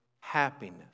happiness